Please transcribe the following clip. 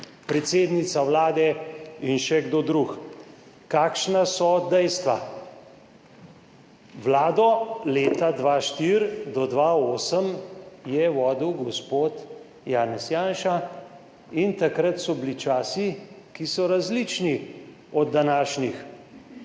predsednica Vlade in še kdo drug. Kakšna so dejstva? Vlado je od leta 2004 do 2008 vodil gospod Janez Janša in takrat so bili časi, ki so različni od današnjih.